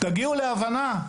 תגיעו להבנה,